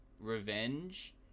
Revenge